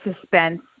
suspense